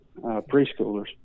preschoolers